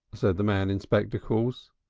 said the man in spectacles.